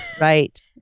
right